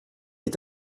est